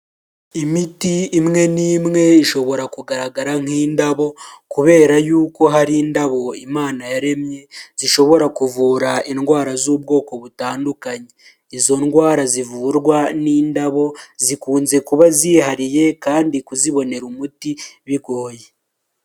Imiti imwe n'imwe ishobora kugaragara nk'indabo kubera yuko hari indabo imana yaremye zishobora kuvura indwara z'ubwoko butandukanye, izo ndwara zivurwa n'indabo zikunze kuba zihariye kandi kuzibonera umuti bigoye.